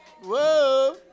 Whoa